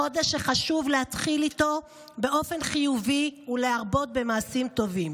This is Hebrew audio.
חודש שחשוב להתחיל איתו באופן חיובי ולהרבות במעשים טובים.